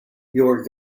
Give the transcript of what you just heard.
your